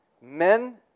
Men